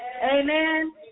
Amen